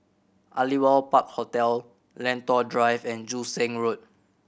Aliwal Park Hotel Lentor Drive and Joo Seng Road